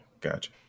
gotcha